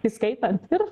įskaitant ir